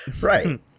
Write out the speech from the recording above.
right